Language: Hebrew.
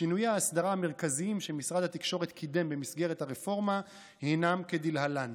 שינויי האסדרה המרכזיים שמשרד התקשורת קידם במסגרת הרפורמה הם כדלהלן: